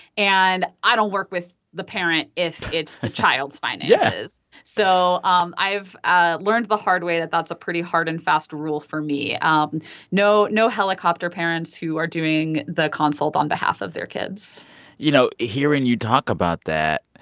and i don't work with the parent if it's the child's finances yeah so um i've ah learned the hard way that that's a pretty hard-and-fast rule for me um no no helicopter parents who are doing the consult on behalf of their kids you know, hearing you talk about that,